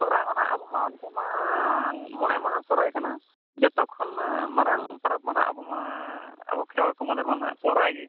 ᱥᱚᱦᱨᱟᱭ ᱢᱟ ᱦᱟᱸᱜ ᱟᱵᱚ ᱢᱟ ᱚᱱᱛᱮ ᱢᱟ ᱢᱚᱬᱮ ᱢᱟᱦᱟ ᱥᱚᱦᱨᱟᱭ ᱠᱟᱱᱟ ᱡᱚᱛᱚ ᱠᱷᱚᱱ ᱢᱟᱨᱟᱝ ᱯᱟᱨᱟᱵᱽ ᱫᱚ ᱦᱟᱸᱜ ᱟᱵᱚ ᱢᱟ ᱟᱵᱚ ᱠᱷᱮᱨᱣᱟᱞ ᱠᱚ ᱢᱩᱫᱽ ᱨᱮᱢᱟ ᱦᱟᱸᱜ ᱥᱚᱦᱨᱟᱭ ᱜᱮ